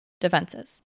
defenses